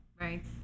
Right